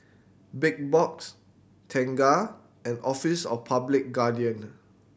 Big Box Tengah and Office of Public Guardian